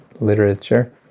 literature